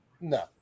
No